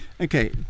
Okay